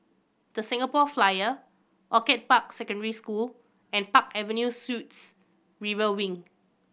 The Singapore Flyer Orchid Park Secondary School and Park Avenue Suites River Wing